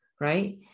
Right